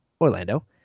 Orlando